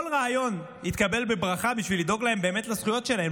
כל רעיון יתקבל בברכה בשביל לדאוג באמת לזכויות שלהם.